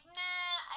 nah